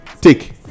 take